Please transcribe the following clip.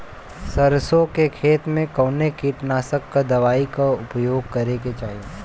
सरसों के खेत में कवने कीटनाशक दवाई क उपयोग करे के चाही?